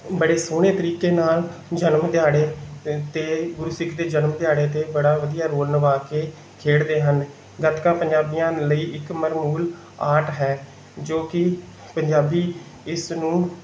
ਬੜੇ ਸੋਹਣੇ ਤਰੀਕੇ ਨਾਲ ਜਨਮ ਦਿਹਾੜੇ 'ਤੇ ਗੁਰਸਿੱਖ ਦੇ ਜਨਮ ਦਿਹਾੜੇ 'ਤੇ ਬੜਾ ਵਧੀਆ ਰੋਲ ਨਿਭਾ ਕੇ ਖੇਡਦੇ ਹਨ ਗੱਤਕਾ ਪੰਜਾਬੀਆਂ ਲਈ ਇੱਕ ਮਨਮੂਲ ਆਰਟ ਹੈ ਜੋ ਕਿ ਪੰਜਾਬੀ ਇਸ ਨੂੰ